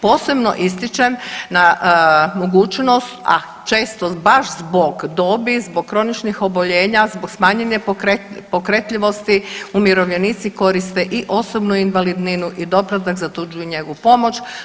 Posebno ističem mogućnost, a često baš zbog dobi, zbog kroničnih oboljenja, zbog smanjene pokretljivosti umirovljenici koriste i osobnu invalidninu i doplatak za tuđu njegu i pomoć.